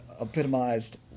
epitomized